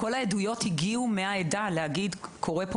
כל העדויות הגיעו מהעדה על מנת להגיד שקורה פה